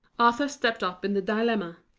arthur stepped up in the dilemma,